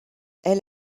elle